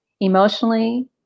emotionally